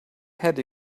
head